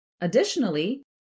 Additionally